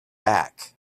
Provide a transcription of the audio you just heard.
back